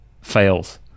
fails